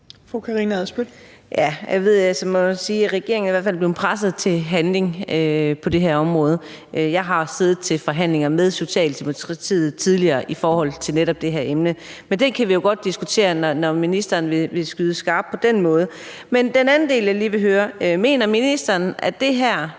sige, at regeringen er blevet presset til handling på det her område. Jeg har tidligere siddet til forhandlinger med Socialdemokratiet om netop det her emne. Men det kan vi jo godt diskutere, når ministeren vil skyde med skarpt på den måde. Men den anden del, jeg lige vil spørge ind til, er: Mener ministeren, at det her